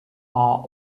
are